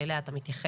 שאליה אתה מתייחס.